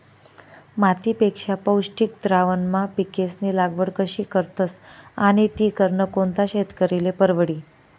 मातीपेक्षा पौष्टिक द्रावणमा पिकेस्नी लागवड कशी करतस आणि ती करनं कोणता शेतकरीले परवडी?